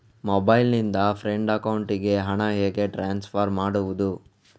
Mobile ನಿಂದ friend ಅಕೌಂಟಿಗೆ ಹಣ ಹೇಗೆ ಟ್ರಾನ್ಸ್ಫರ್ ಮಾಡುವುದು?